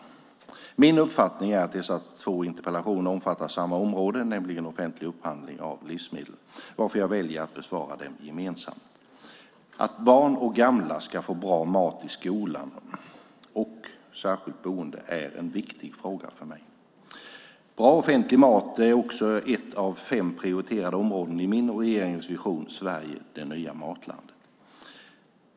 Min uppfattning är att dessa två interpellationer omfattar samma område, nämligen offentlig upphandling av livsmedel, varför jag väljer att besvara dem gemensamt. Att barn och gamla ska få bra mat i skolan och i särskilt boende är en viktig fråga för mig. Bra offentlig mat är också ett av fem prioriterade områden i min och regeringens vision Sverige - det nya matlandet.